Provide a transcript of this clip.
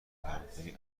کلانتری